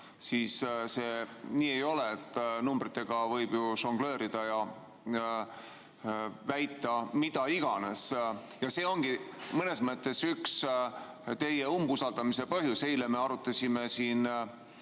siis see nii ei ole. Numbritega võib ju žongleerida ja väita mida iganes. See ongi mõnes mõttes üks teie umbusaldamise põhjusi. Eile me arutasime siin